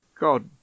god